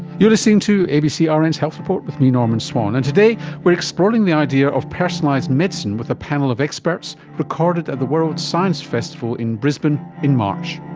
you're listening to abc ah rn's health report with me, norman swan, and today we are exploring the idea of personalised medicine with a panel of experts, recorded at the world science festival in brisbane in march.